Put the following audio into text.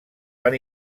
van